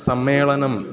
सम्मेलनं